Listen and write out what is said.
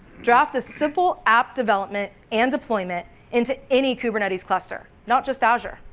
draft is simple app development and deployment into any kubernetes cluster, not just azure.